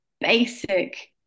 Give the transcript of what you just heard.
basic